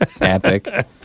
Epic